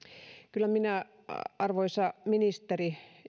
kyllä minä arvoisa ministeri